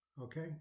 Okay